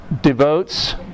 devotes